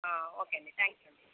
okay అండీ thank you అండీ